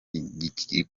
icyo